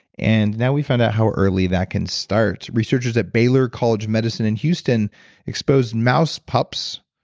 and now we found out how early that can start. researchers at baylor college of medicine in houston exposed mouse pups.